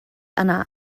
yna